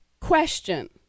question